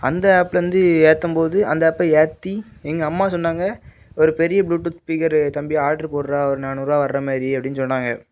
அந்த ஆப்புலேருந்து ஏற்றும்போது அந்த ஆப்பை ஏற்றி எங்கள் அம்மா சொன்னாங்க ஒரு பெரிய ப்ளூடூத் ஸ்பீக்கர் தம்பி ஆட்ரு போடுறா ஒரு நானூறுபா வர்றமாரி அப்படின்னு சொன்னாங்க